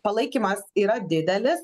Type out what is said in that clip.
palaikymas yra didelis